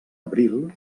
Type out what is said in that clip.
abril